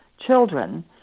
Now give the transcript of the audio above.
children